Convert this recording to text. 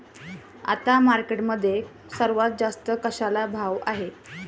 आता मार्केटमध्ये सर्वात जास्त कशाला भाव आहे?